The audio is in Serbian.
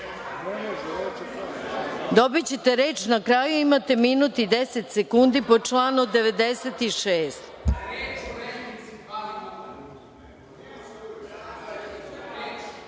Dobićete reč na kraju, imate minut i 10 sekundi po članu